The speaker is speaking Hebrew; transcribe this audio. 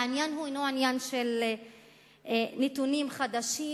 העניין הוא לא עניין של נתונים חדשים,